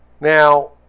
Now